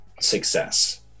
success